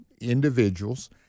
individuals